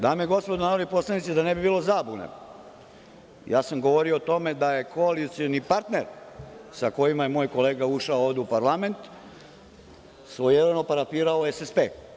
Dame i gospodo narodni poslanici, da ne bi bilo zabune, govorio sam o tome da je koalicioni partner sa kojim je moj kolega ušao ovde u parlament, svojevremeno parafirao SSP.